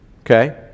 okay